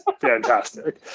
fantastic